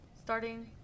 starting